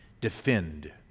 defend